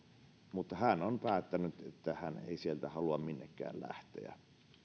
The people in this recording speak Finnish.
mutta hän on päättänyt että hän ei sieltä halua minnekään lähteä